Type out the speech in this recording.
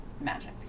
magic